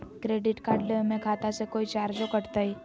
Credit card लेवे में खाता से कोई चार्जो कटतई?